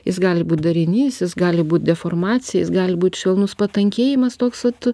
jis gali būt darinys jis gali būt deformacija jis gali būt švelnus patankėjimas toks vat